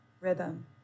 rhythm